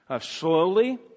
slowly